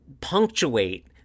punctuate